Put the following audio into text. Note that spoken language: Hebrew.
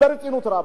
ברצינות רבה.